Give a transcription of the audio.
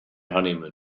honeymoon